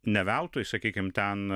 ne veltui sakykim ten